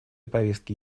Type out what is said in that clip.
повестки